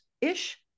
ish